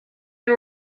and